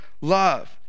love